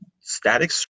Static